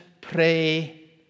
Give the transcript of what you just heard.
pray